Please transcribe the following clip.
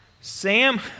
Sam